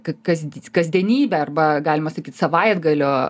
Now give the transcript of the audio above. kasdie kasdienybę arba galima sakyt savaitgalio